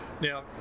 Now